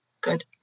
Good